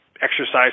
exercise